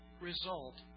result